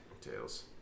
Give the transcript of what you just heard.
Tails